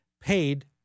paid